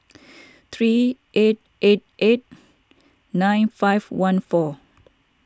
three eight eight eight nine five one four